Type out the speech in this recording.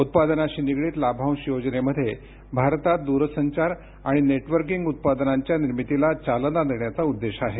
उत्पादनाशी निगडीत लाभांश योजनेमध्ये भारतात दूरसंचार आणि नेटवकिंग उत्पादनांच्या निर्मितीला चालना देण्याचा उद्देश आहे